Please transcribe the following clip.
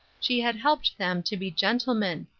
she had helped them to be gentlemen.